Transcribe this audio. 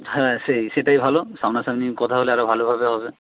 হ্যাঁ সেই সেটাই ভালো সামনাসামনি কথা হলে আরও ভালোভাবে হবে